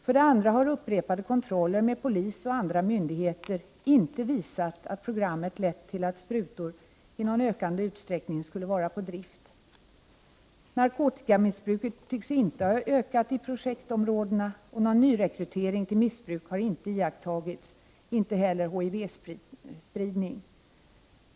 För det andra har upprepade kontroller med polis och andra myndigheter inte visat att programmet lett till att sprutor i någon ökande utsträckning skulle vara på drift. Narkotikamissbruket tycks inte ha ökat i projektområdet, och någon nyrekrytering till missbruk har inte iakttagits, inte heller någon HIV-spridning.